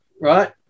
right